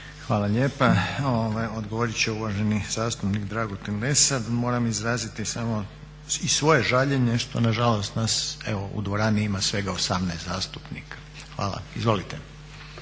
Hvala lijepa. Odgovorit će uvaženi zastupnik Dragutin Lesar. Moram izraziti samo i svoje žaljenje što na žalost nas evo u dvorani ima svega 18 zastupnika. Hvala. Izvolite.